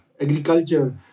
agriculture